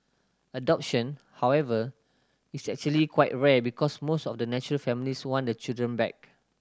adoption however is actually quite rare because most of the natural families want the children back